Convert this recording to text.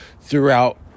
throughout